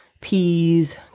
peas